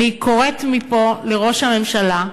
אני קוראת מפה לראש הממשלה,